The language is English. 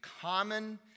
common